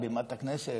על בימת הכנסת,